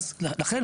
לכן,